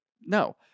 no